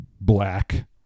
black